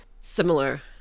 similar